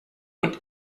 und